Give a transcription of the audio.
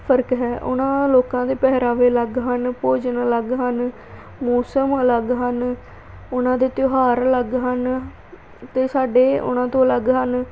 ਫਰਕ ਹੈ ਉਹਨਾਂ ਲੋਕਾਂ ਦੇ ਪਹਿਰਾਵੇ ਅਲੱਗ ਹਨ ਭੋਜਨ ਅਲੱਗ ਹਨ ਮੌਸਮ ਅਲੱਗ ਹਨ ਉਨ੍ਹਾਂ ਦੇ ਤਿਉਹਾਰ ਅਲੱਗ ਹਨ ਅਤੇ ਸਾਡੇ ਉਨ੍ਹਾਂ ਤੋਂ ਅਲੱਗ ਹਨ